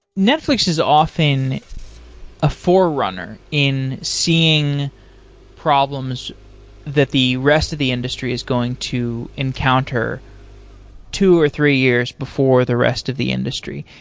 netflix is often a forerunner in seeing problems that that the rest of the industry is going to encounter two or three years before the rest of the industry.